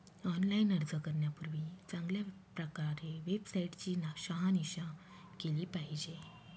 online अर्ज करण्यापूर्वी चांगल्या प्रकारे वेबसाईट ची शहानिशा केली पाहिजे